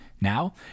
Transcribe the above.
Now